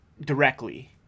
directly